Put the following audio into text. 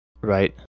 right